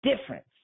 difference